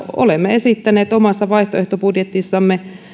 olemme esittäneet omassa vaihtoehtobudjetissamme